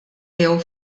jew